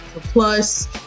plus